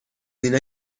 اینا